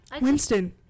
Winston